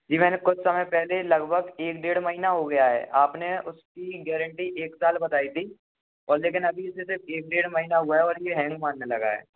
जी मैंने कुछ समय पहले लगभग एक डेढ़ महीना हो गया है आपने उसकी गैरेन्टी एक साल बताई थी और लेकिन अभी उसे सिर्फ़ एक डेढ़ महीना हुआ है और ये हैंग मारने लगा है